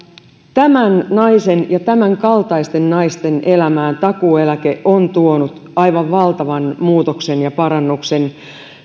tämän naisen ja tämänkaltaisten naisten elämään takuueläke on tuonut aivan valtavan muutoksen ja parannuksen